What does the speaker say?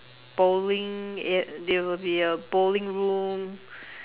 bowling ya there will be a bowling room